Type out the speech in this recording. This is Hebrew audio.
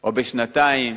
או בשנתיים,